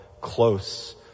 close